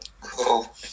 Cool